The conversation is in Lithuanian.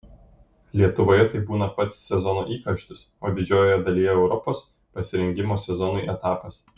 lietuvoje tai būna pats sezono įkarštis o didžiojoje dalyje europos pasirengimo sezonui etapas